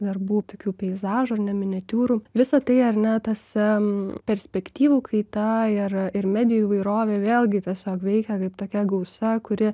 darbų tokių peizažų miniatiūrų visa tai ar ne tas perspektyvų kaitą ir ir medijų įvairovė vėlgi tiesiog veikia kaip tokia gausa kuri